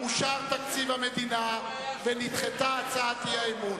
אושר תקציב המדינה ונדחתה הצעת האי-אמון.